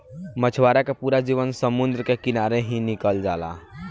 मछवारा के पूरा जीवन समुंद्र के किनारे ही निकल जाला